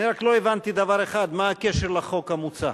אני רק לא הבנתי דבר אחד: מה הקשר של החוק המוצע